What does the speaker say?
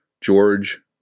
George